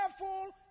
careful